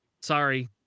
sorry